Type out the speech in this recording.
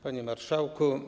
Panie Marszałku!